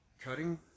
Cutting